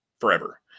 forever